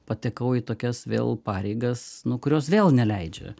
patekau į tokias vėl pareigas nu kurios vėl neleidžia